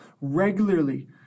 Regularly